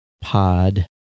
Pod